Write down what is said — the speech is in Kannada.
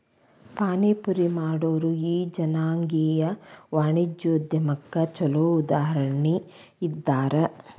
ಪಾನಿಪುರಿ ಮಾಡೊರು ಈ ಜನಾಂಗೇಯ ವಾಣಿಜ್ಯೊದ್ಯಮಕ್ಕ ಛೊಲೊ ಉದಾಹರಣಿ ಇದ್ದಾರ